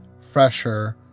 fresher